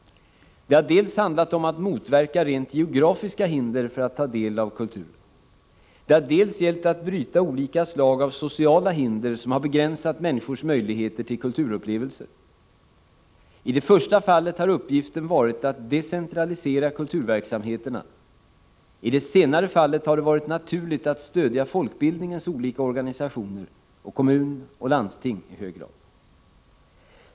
Det har dels handlat om att motverka rent geografiska hinder för att ta del av kultur. Det har dels gällt att bryta olika slag av sociala hinder som har begränsat människors möjligheter till kulturupplevelser. I det första fallet har uppgiften varit att decentralisera kulturverksamheterna. I det senare fallet har det varit naturligt att i hög grad stödja folkbildningens olika organisationer och kommuner och landsting.